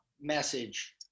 message